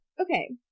okay